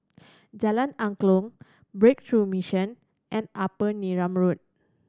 Jalan Angklong Breakthrough Mission and Upper Neram Road